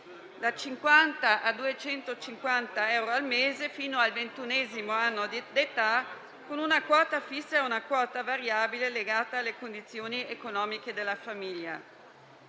dai 50 ai 250 euro al mese fino al ventunesimo anno di età con una quota fissa e una quota variabile legata alle condizioni economiche della famiglia.